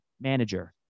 manager